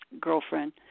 girlfriend